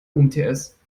umts